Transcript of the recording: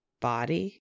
body